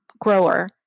grower